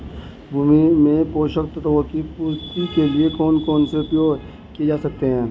भूमि में पोषक तत्वों की पूर्ति के लिए कौन कौन से उपाय किए जा सकते हैं?